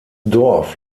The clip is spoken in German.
dorf